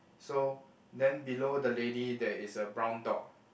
so then below the lady there is a brown dog